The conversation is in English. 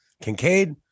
Kincaid